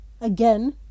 again